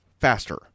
faster